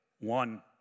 One